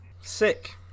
Sick